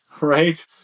Right